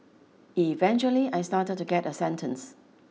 eventually I started to get a sentence